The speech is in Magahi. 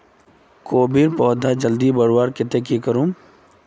कोबीर पौधा जल्दी बढ़वार केते की करूम?